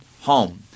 home